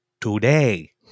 today